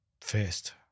first